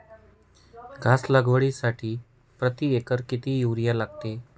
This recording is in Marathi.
घास लागवडीसाठी प्रति एकर किती युरिया लागेल?